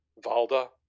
Valda